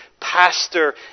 pastor